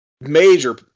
major